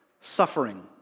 suffering